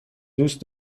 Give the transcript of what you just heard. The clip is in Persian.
دوست